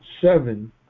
seven